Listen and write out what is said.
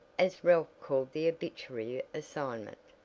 as ralph called the obituary assignment.